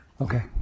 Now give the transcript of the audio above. Okay